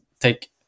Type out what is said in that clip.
take